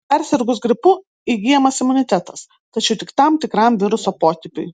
persirgus gripu įgyjamas imunitetas tačiau tik tam tikram viruso potipiui